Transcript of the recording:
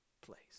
place